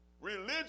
Religion